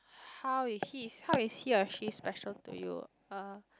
how is he how is he or she special to you uh